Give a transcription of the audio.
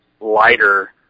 lighter